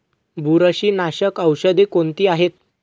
बुरशीनाशक औषधे कोणती आहेत?